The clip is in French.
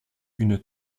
une